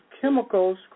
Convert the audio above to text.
chemicals